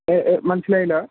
മനസ്സിലായില്ല